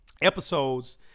episodes